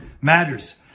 matters